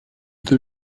the